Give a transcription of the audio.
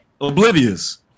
oblivious